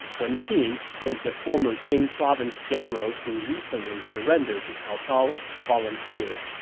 wen pin, one of the former jing province generals who recently surrendered to cao cao, volunteered.